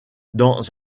dans